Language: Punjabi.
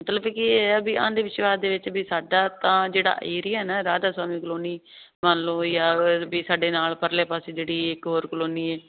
ਮਤਲਬ ਕਿ ਇਹ ਹੈ ਵੀ ਅੰਧ ਵਿਸ਼ਵਾਸ ਦੇ ਵਿੱਚ ਵੀ ਸਾਡਾ ਤਾਂ ਜਿਹੜਾ ਏਰੀਆ ਨਾ ਰਾਧਾ ਸੁਆਮੀ ਕਲੋਨੀ ਮੰਨ ਲਓ ਜਾਂ ਵੀ ਸਾਡੇ ਨਾਲ ਪਰਲੇ ਪਾਸੇ ਜਿਹੜੀ ਇੱਕ ਹੋਰ ਕਲੋਨੀ ਹੈ